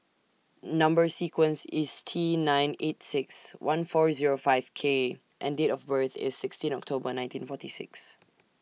Number sequence IS T nine eight six one four Zero five K and Date of birth IS sixteen October nineteen forty six